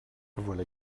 voilà